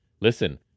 listen